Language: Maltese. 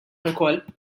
lkoll